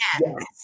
yes